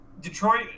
Detroit